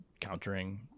countering